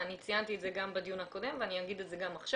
ואני ציינתי את זה גם בדיון הקודם ואגיד את זה גם עכשיו.